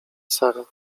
sara